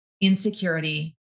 insecurity